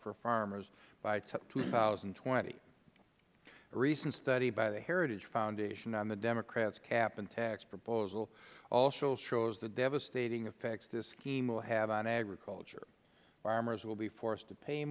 for farmers by two thousand and twenty a recent study by the heritage foundation on the democrat's cap and tax proposal also shows the devastating effects this scheme will have on agriculture farmers will be forced to pay